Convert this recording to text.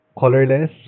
Colorless